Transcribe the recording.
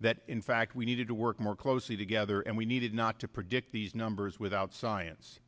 that in fact we needed to work more closely together and we needed not to predict these numbers without science